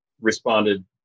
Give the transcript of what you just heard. responded